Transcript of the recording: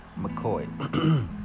McCoy